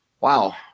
wow